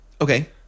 Okay